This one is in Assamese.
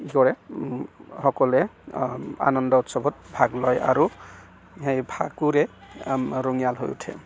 কি কৰে সকলোৱে আনন্দ উৎসৱত ভাগ লয় আৰু সেই ফাকুৰে ৰঙীয়াল হৈ উঠে